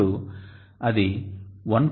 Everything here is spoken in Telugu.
ఇప్పుడు అది 1